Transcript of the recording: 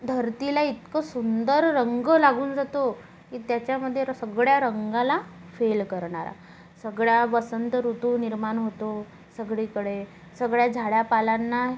धरतीला इतकं सुंदर रंग लागून जातो की त्याच्यामध्ये र सगळ्या रंगाला फेल करणारा सगळ्या वसंतऋतू निर्माण होतो सगळीकडे सगळ्या झाड्यापालांना